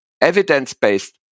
evidence-based